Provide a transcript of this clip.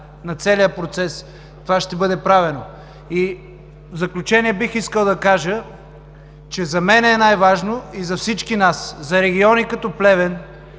на целия процес. Това ще бъде направено. В заключение бих искал да кажа, че за мен е най-важно, а и за всички нас – за региони като Плевен,